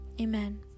Amen